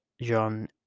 John